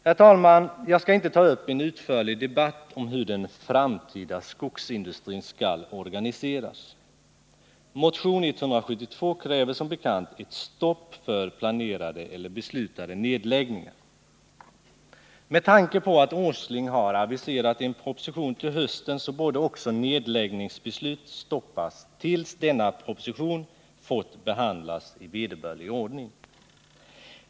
Herr talman! Jag skall inte ta upp en utförlig debatt om hur den framtida skogsindustrin skall organiseras. Motion nr 172 kräver som bekant ett stopp för planerade eller beslutade nedläggningar. Med tanke på att Nils Åsling har aviserat en proposition till hösten, borde också nedläggningsbeslut stoppas tills denna proposition fått behandlas i vederbörlig ordning.